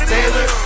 Taylor